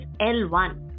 L1